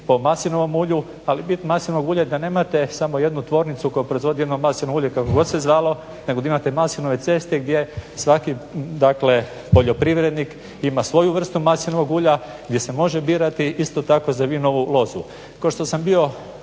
po maslinovom ulju. Ali bit maslinovog ulja je da nemate samo jednu tvornicu koja proizvodi jedno maslinovo ulje kako god se zvalo, nego da imate maslinove ceste gdje svaki, dakle poljoprivrednik ima svoju vrstu maslinovog ulja gdje se može birati. Isto tako za vinovu lozu.